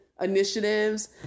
initiatives